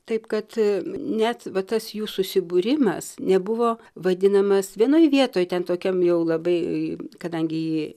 taip kad net va tas jų susibūrimas nebuvo vadinamas vienoj vietoj ten tokiam jau labai kadangi